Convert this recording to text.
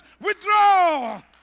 withdraw